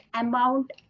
amount